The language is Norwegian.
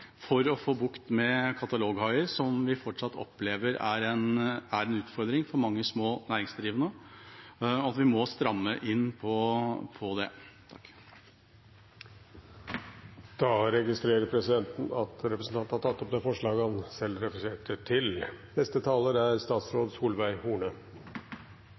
å få bukt med kataloghaier, som vi fortsatt opplever er en utfordring for mange små næringsdrivende. Vi må stramme inn på det. Representanten Ketil Kjenseth har tatt opp det forslaget han refererte til.